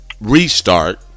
Restart